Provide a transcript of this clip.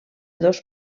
dos